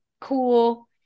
cool